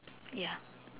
ya